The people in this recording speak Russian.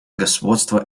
господства